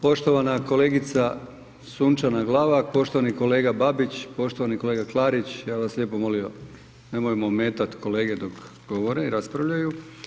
Poštovana kolegica Sunčana Glavak, poštovani kolega Babić, poštovani kolega Klarić, ja bi vas lijepo molio nemojmo ometat kolege dok govore i raspravljaju.